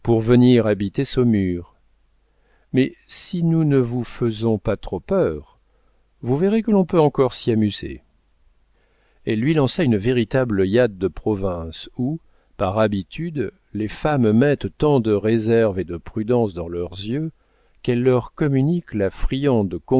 venir habiter saumur mais si nous ne vous faisons pas trop peur vous verrez que l'on peut encore s'y amuser elle lui lança une véritable œillade de province où par habitude les femmes mettent tant de réserve et de prudence dans leurs yeux qu'elles leur communiquent la friande